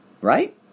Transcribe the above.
right